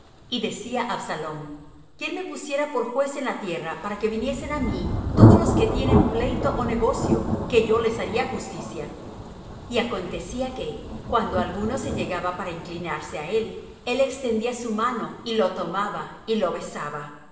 y decía absalom quién me pusiera por juez en la tierra para que viniesen á mí todos los que tienen pleito ó negocio que yo les haría justicia y acontecía que cuando alguno se llegaba para inclinarse á él él extendía su mano y lo tomaba y lo besaba